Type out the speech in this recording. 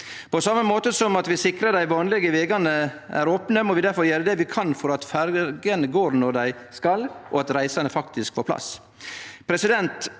På same måte som at vi sikrar at dei vanlege vegane er opne, må vi difor gjere det vi kan for at ferjene går når dei skal, og at reisande faktisk får plass.